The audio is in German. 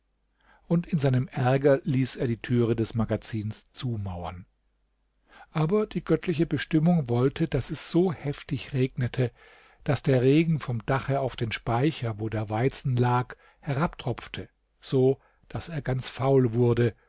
und in seinem ärger ließ er die türe des magazins zumauern aber die göttliche bestimmung wollte daß es so heftig regnete daß der regen vom dache auf den speicher wo der weizen lag herabtropfte so daß er ganz faul wurde